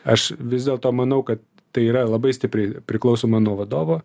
aš vis dėlto manau kad tai yra labai stipriai priklausomai nuo vadovo